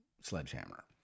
sledgehammer